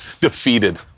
Defeated